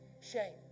Shame